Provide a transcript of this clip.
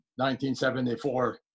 1974